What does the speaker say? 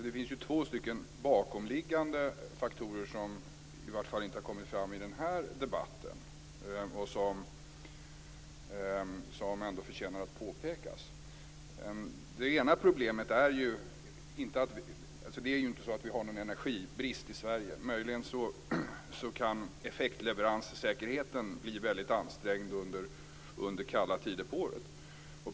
Det finns två bakomliggande faktorer som inte har kommit fram i den här debatten men som ändå förtjänar att påpekas. Det är ju inte så att vi har någon energibrist i Sverige. Möjligen kan effektleveranssäkerheten bli väldigt ansträngd under kalla tider på året.